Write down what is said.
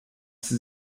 sie